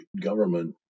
government